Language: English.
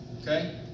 Okay